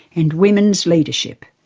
and women's leadership.